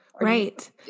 right